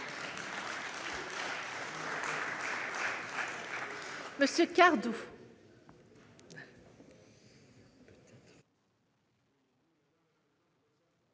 Merci